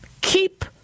Keep